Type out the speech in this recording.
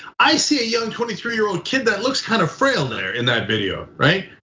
i see a young twenty three year old kid that looks kind of frail there in that video, right?